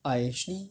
I actually